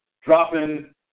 dropping